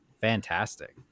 fantastic